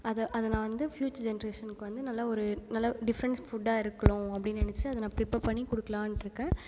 அதை அதை நான் வந்து ஃப்யூச்சர் ஜென்ரேஷனுக்கு வந்து நல்ல ஒரு நல்ல டிஃப்ரெண்ட்ஸ் ஃபுட்டாக இருக்கணும் அப்படின்னு நினச்சி அதை நான் ப்ரிப்பேர் பண்ணி கொடுக்கலானுட்டு இருக்கேன்